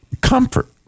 comfort